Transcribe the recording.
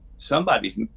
somebody's